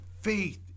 faith